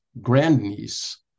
grandniece